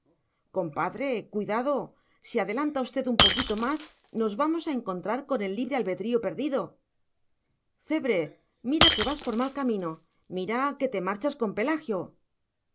compadre cuidado si adelanta usted un poquito más nos vamos a encontrar con el libre albedrío perdido cebre mira que vas por mal camino mira que te marchas con pelagio